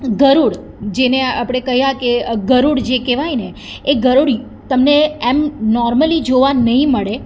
ગરુડ જેને આપણે કહ્યા કે ગરુડ જે કહેવાય ને એ ગરુડ તેમને એમ નોર્મલી જોવા નહીં મળે